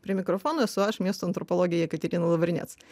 prie mikrofono esu aš miesto antropologė jekaterina lavrinec